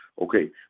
Okay